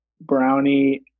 brownie